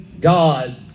God